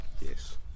Yes